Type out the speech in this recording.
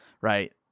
right